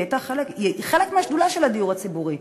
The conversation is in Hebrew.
היא חלק מהשדולה של הדיור הציבורי.